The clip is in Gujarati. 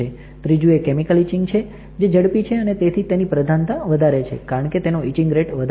ત્રીજું એ કેમિકલ ઇચિંગ જે ઝડપી છે અને તેથી તેની પ્રધાનતા વધારે છે કારણકે તેનો ઇચિંગ રેટ વધારે છે